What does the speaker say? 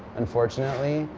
unfortunately.